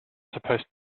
supposed